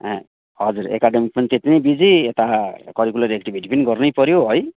academic पनि त्यत्ति नै बिजी यता करिकुलर एक्टिभिटी पनि गर्नैपऱ्यो है